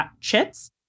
chits